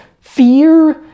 Fear